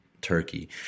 Turkey